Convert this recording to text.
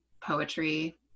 poetry